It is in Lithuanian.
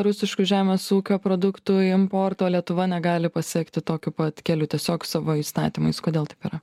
rusiškų žemės ūkio produktų importą o lietuva negali pasekti tokiu pat keliu tiesiog savo įstatymais kodėl taip yra